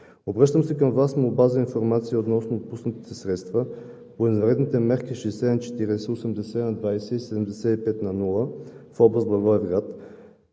Обръщам се към Вас с молба за информация относно отпуснатите средства по извънредните мерки 60/40, 80/20 и 75/0 в област Благоевград.